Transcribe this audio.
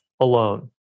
alone